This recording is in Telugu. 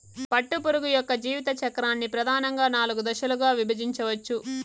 పట్టుపురుగు యొక్క జీవిత చక్రాన్ని ప్రధానంగా నాలుగు దశలుగా విభజించవచ్చు